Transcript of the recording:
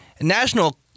national